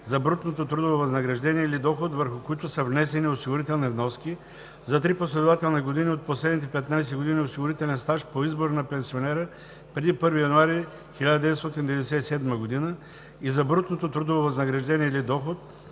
за брутното трудово възнаграждение или доход, върху които са внесени осигурителни вноски за три последователни години от последните 15 години осигурителен стаж по избор на пенсионера преди 1 януари 1997 г., и за брутното трудово възнаграждение или доход,